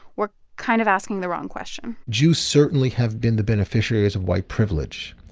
we're kind of asking the wrong question jews certainly have been the beneficiaries of white privilege.